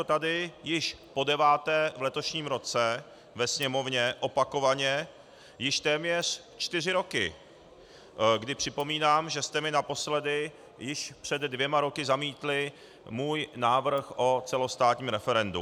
Navrhuji to tady již podeváté v letošním roce ve Sněmovně opakovaně již téměř čtyři roky, kdy připomínám, že jste mi naposledy již před dvěma roky zamítli můj návrh o celostátním referendu.